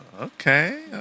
okay